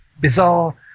bizarre